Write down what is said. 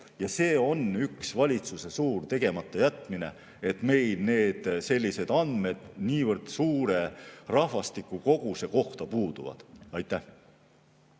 tea. See on aga üks valitsuse suur tegematajätmine, et meil andmed niivõrd suure rahvastikukoguse kohta puuduvad. Aitäh,